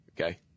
Okay